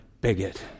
bigot